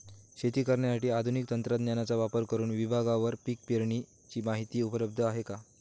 शेतकऱ्यांसाठी आधुनिक तंत्रज्ञानाचा वापर करुन विभागवार पीक पेरणीची माहिती उपलब्ध आहे का?